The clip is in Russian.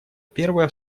первая